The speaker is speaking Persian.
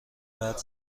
بعد